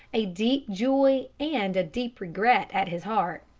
a deep joy and a deep regret at his heart.